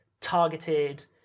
targeted